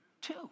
two